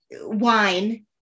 wine